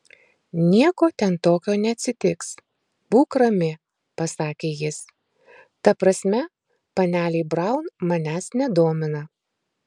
nieko ten tokio neatsitiks būk rami pasakė jis ta prasme panelė braun manęs nedomina